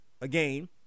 again